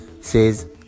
says